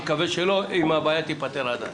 אני מקווה שלא - אם הבעיה לא תיפתר עד אז.